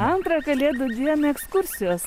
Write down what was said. antrą kalėdų dieną ekskursijos